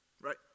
right